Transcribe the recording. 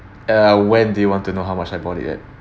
uh when they want to know how much I bought it at